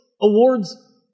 awards